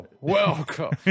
welcome